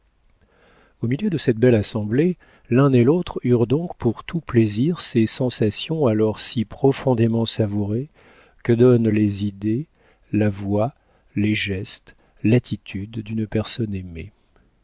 au milieu de cette belle assemblée l'un et l'autre eurent donc pour tout plaisir ces sensations alors si profondément savourées que donnent les idées la voix les gestes l'attitude d'une personne aimée